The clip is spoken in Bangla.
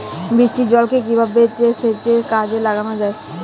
বৃষ্টির জলকে কিভাবে সেচের কাজে লাগানো য়ায়?